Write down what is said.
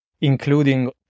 including